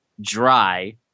dry